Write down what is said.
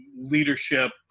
leadership